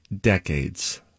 decades